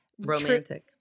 romantic